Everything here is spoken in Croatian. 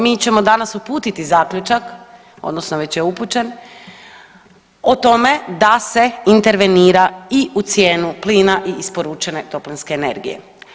Mi ćemo danas uputiti zaključak odnosno već je upućen o tome da se intervenira i u cijenu plina i isporučene toplinske energije.